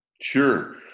sure